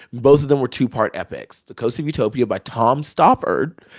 both of them were two-part epics the coast of utopia by tom stoppard.